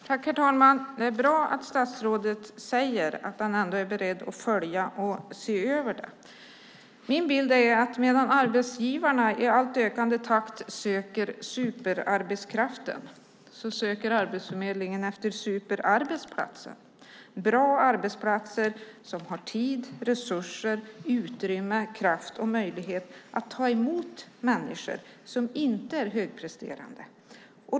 Herr talman! Det är bra att statsrådet säger att han är beredd att följa detta och se över det. Min bild är att medan arbetsgivarna i allt ökande takt söker efter superarbetskraften söker Arbetsförmedlingen efter superarbetsplatsen, det vill säga bra arbetsplatser där man har tid, resurser, utrymme, kraft och möjligheter att ta emot människor som inte är högpresterande.